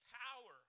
power